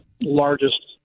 largest